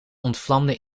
ontvlamde